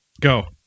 Go